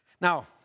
Now